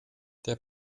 der